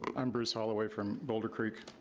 um i'm bruce holloway from boulder creek.